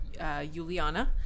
Yuliana